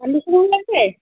conditioner লাগবে